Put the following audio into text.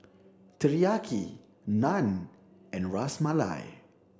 Teriyaki Naan and Ras Malai